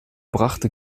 brachte